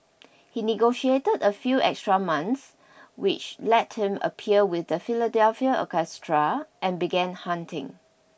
he negotiated a few extra months which let him appear with the Philadelphia orchestra and began hunting